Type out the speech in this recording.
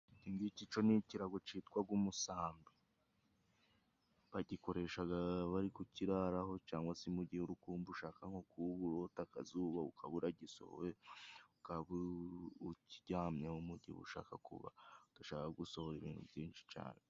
Ikico ni ikirago citwaga umusambi bagikoreshaga bari ku kiraraho cangwa se mu gihe urikumva ushaka nko kuba uburota akazuba, uba ukabura uragisohoye ukaba ukiryamye mu gihe udashaka gusohora ibintu byinshi cane.